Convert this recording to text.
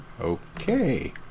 Okay